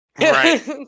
right